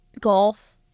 Golf